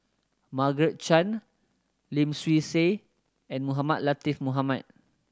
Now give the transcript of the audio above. Margaret Chan Lim Swee Say and Mohamed Latiff Mohamed